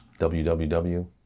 WWW